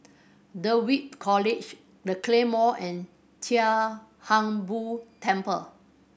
Dulwich College The Claymore and Chia Hung Boo Temple